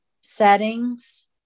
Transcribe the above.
settings